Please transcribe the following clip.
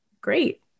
Great